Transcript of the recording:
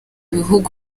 bihugu